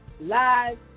live